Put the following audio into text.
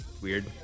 Weird